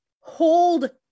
hold